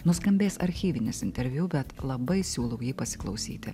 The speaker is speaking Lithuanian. nuskambės archyvinis interviu bet labai siūlau jį pasiklausyti